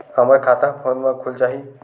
हमर खाता ह फोन मा खुल जाही?